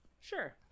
Sure